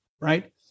right